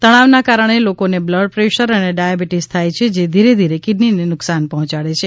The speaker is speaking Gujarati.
તણાવના કારણે લોકોને બ્લડ પ્રેશર અને ડાયાબિટીસ થાય છે જે ધીરે ધીરે કિડનીને નુકસાન પહોંચાડે છે